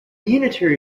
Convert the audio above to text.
unitary